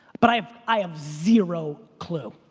but i have i have zero clue.